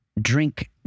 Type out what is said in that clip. Drink